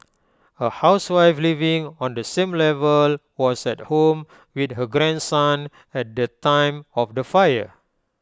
A housewife living on the same level was at home with her grandson at the time of the fire